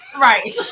Right